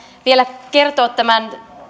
vielä kertoa tämän